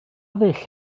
ddull